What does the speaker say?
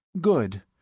Good